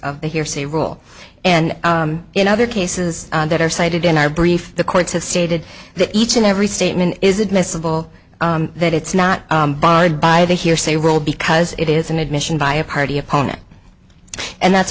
of the hearsay rule and in other cases that are cited in our brief the courts have stated that each and every statement is admissible that it's not barred by the hearsay rule because it is an admission by a party opponent and that's